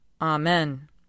Amen